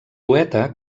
poeta